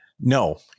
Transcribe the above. No